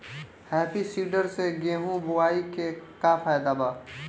Happy seeder से गेहूं बोआई के का फायदा बा?